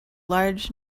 large